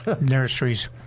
nurseries